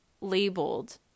labeled